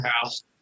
house